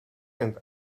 and